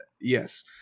yes